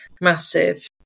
massive